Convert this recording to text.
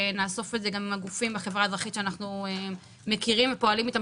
נאסוף את זה גם עם הגופים בחברה האזרחית שאנחנו מכירים ופועלים איתם